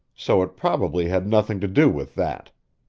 so it probably had nothing to do with that.